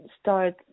start